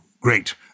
great